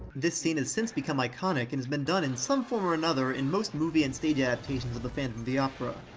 this scene has since become iconic and has been done in some form or another in most movie and stage adaptations of the phantom of the opera.